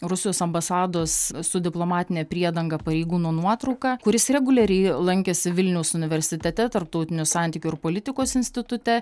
rusijos ambasados su diplomatine priedanga pareigūnų nuotrauką kuris reguliariai lankėsi vilniaus universitete tarptautinių santykių ir politikos institute